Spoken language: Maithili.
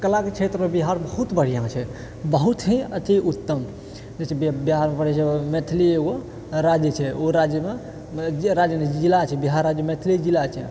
कलाके क्षेत्रमे बिहार बहुत बढ़िआँ छै बहुत ही अतिउत्तम जैसे बिहारमे पड़ै छै मैथिली एगो राज्य छै ओ राज्यमे राज्य नहि जिला छै बिहार राज्यमे मैथिली जिला छै